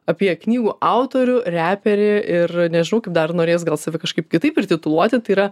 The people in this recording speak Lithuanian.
apie knygų autorių reperį ir nežinau kaip dar norės gal save kažkaip kitaip ir tituluoti tai yra